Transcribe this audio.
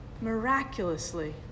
miraculously